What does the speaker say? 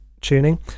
tuning